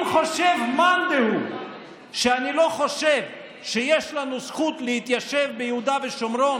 אם חושב מאן דהוא שאני לא חושב שיש לנו זכות להתיישב ביהודה ושומרון,